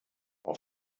auf